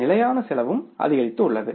நிலையான செலவும் அதிகரித்துள்ளது